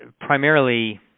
primarily